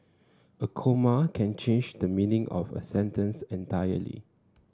a comma can change the meaning of a sentence entirely